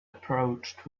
approached